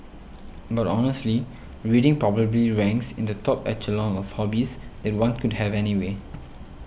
but honestly reading probably ranks in the top echelon of hobbies that one could have anyway